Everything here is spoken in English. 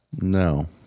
No